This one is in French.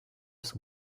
son